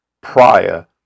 prior